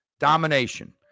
domination